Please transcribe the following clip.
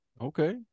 okay